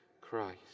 Christ